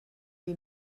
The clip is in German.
die